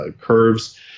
curves